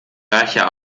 daher